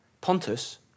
Pontus